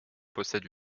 possède